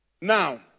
Now